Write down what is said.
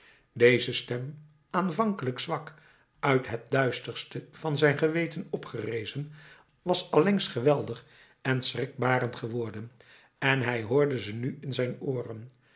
deze stem aanvankelijk zwak uit het duisterste van zijn geweten opgerezen was allengs geweldig en schrikbarend geworden en hij hoorde ze nu in zijn ooren